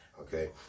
Okay